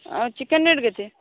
ଆଉ chicken rate କେତେ